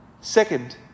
Second